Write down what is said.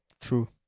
True